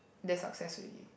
that's success already